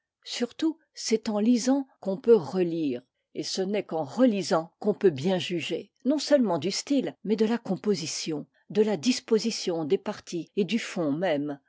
surtout c'est en lisant qu'on peut relire et ce n'est qu'en relisant qu'on peut bien juger non seulement du style mais de la composition de la disposition des parties et du fond même